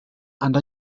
and